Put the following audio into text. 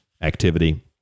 activity